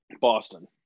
Boston